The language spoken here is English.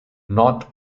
not